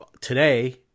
today